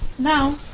Now